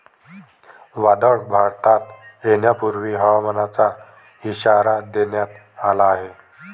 वादळ भारतात येण्यापूर्वी हवामानाचा इशारा देण्यात आला आहे